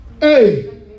Hey